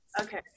Okay